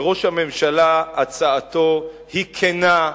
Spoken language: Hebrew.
שראש הממשלה, הצעתו היא כנה.